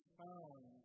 found